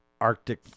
Arctic